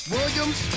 Williams